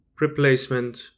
replacement